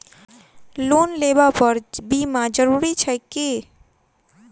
Loan लेबऽ पर बीमा जरूरी छैक की?